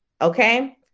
Okay